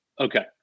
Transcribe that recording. Okay